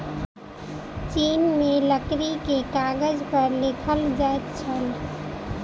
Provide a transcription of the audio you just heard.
चीन में लकड़ी के कागज पर लिखल जाइत छल